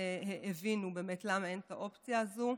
הבינו באמת למה אין את האופציה הזו.